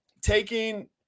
taking